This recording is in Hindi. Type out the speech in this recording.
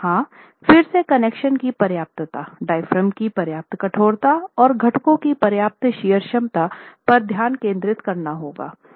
और हां फिर से कनेक्शन की पर्याप्तता डायाफ्राम की पर्याप्त कठोरता और घटकों की पर्याप्त शियर क्षमता पर ध्यान केंद्रित करना होगा